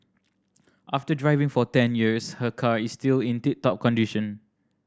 after driving for ten years her car is still in tip top condition